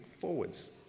forwards